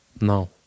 No